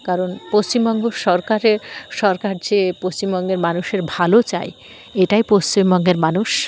কারণ পশ্চিমবঙ্গ সরকারের সরকার যে পশ্চিমবঙ্গের মানুষের ভালো চায় এটাই পশ্চিমবঙ্গের মানুষ